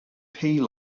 pea